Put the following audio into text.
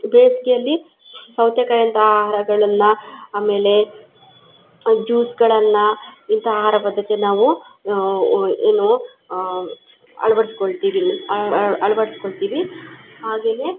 ಬೇಸಿಗೆಯಲ್ಲಿ ಸೌತೆಕಾಯಿ ಅಂಥ ಆಹಾರಗಳನ್ನು ಆಮೇಲೆ ಜ್ಯೂಸ್ಗಳನ್ನು ಇಂತಹ ಆಹಾರ ಪದ್ದತಿಯನ್ನು ನಾವು ಏನು ಅಳ್ವಡಿಸ್ಕೊಳ್ತಿವಿ ಮೀನ್ಸ್ ಅಳ್ವಡಿಸ್ಕೊಳ್ತಿವಿ ಹಾಗೇ